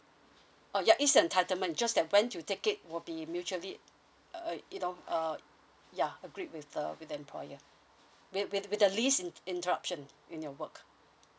oh ya is entitlement just that when you take it will be mutually uh you know uh yeah agree with the with the employer with with with the least interruption in your work